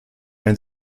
ein